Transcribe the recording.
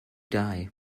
die